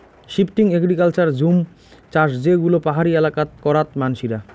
shifting agriculture জুম চাষ যে গুলো পাহাড়ি এলাকাত করাত মানসিরা